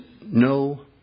no